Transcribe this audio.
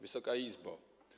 Wysoka Izbo!